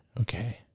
Okay